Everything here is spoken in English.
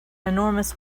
enormous